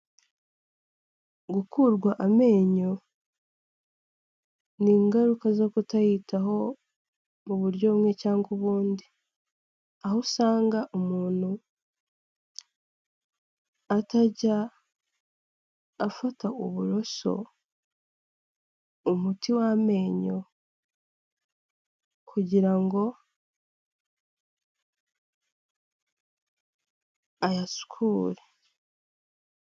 Gukurwa amenyo ni ingaruka zo kutayitaho mu buryo bumwe cyangwa ubundi. Aho usanga umuntu atajya afata uburoso, umuti w'amenyo kugira ngo ayasukure.